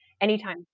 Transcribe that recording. anytime